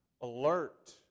alert